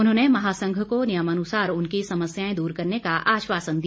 उन्होंने महासंघ को नियमानुसार उनकी समस्याएं दूर करने का आश्वासन दिया